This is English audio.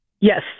Yes